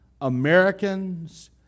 Americans